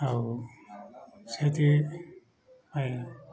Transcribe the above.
ଆଉ ସେଠି ଆଇ